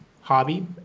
hobby